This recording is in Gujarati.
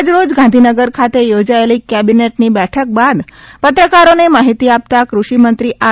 આજરોજ ગાંધીનગર ખાતે યોજાયેલી કૅબિનેટ ની બેઠક બાદ પત્રકારો ને માહિતીઆપતા કૃષિ મંત્રી આર